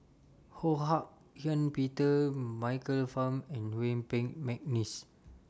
Ho Hak Ean Peter Michael Fam and Yuen Peng Mcneice